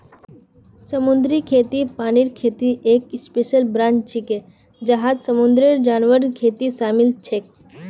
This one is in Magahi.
समुद्री खेती पानीर खेतीर एक स्पेशल ब्रांच छिके जहात समुंदरेर जानवरेर खेती शामिल छेक